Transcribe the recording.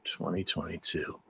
2022